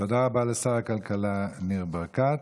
תודה רבה לשר הכלכלה ניר ברקת.